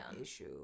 Issue